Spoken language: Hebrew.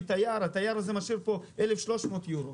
תייר התייר הזה משאיר פה 1,300 יורו.